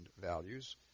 values